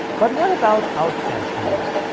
but what about outside canada?